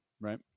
Right